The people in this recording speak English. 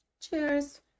Cheers